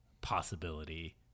possibility